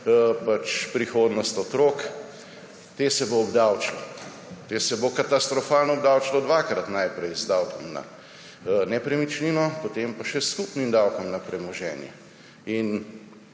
prihodnost otrok, te se bo obdavčilo, te se bo katastrofalno obdavčilo, dvakrat najprej z davki na nepremičnino, potem pa še s skupnim davkom na premoženje.